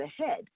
ahead